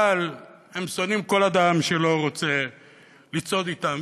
אבל הם שונאים כל אדם שלא רוצה לצעוד איתם.